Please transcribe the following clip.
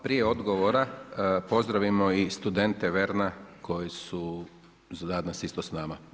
Prije odgovora pozdravimo studente „Verna“ koji su danas isto s nama.